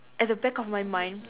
at the back of my mind